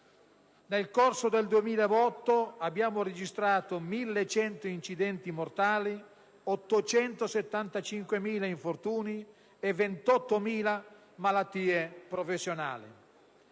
Nel corso del 2008 abbiamo registrato 1.100 incidenti mortali, 875.000 infortuni e 28.000 malattie professionali.